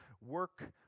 work